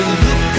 look